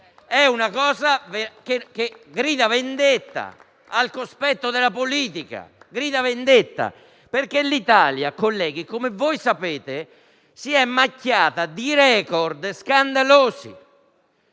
è una cosa che grida vendetta al cospetto della politica. Grida vendetta, perché l'Italia, colleghi, come voi sapete, si è macchiata di *record* scandalosi: